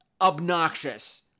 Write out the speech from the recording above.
obnoxious